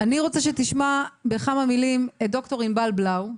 אני רוצה שתשמע בכמה מילים את ד"ר ענבל בלאו,